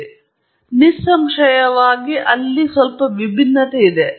ಆದ್ದರಿಂದ ನಿಸ್ಸಂಶಯವಾಗಿ ಅಲ್ಲಿ ಸ್ವಲ್ಪ ವಿಭಿನ್ನತೆಯಿದೆ